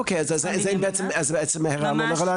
אוקיי אז זה בעצם גם לא רלוונטי.